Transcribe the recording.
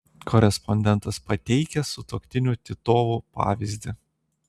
korespondentas pateikia sutuoktinių titovų pavyzdį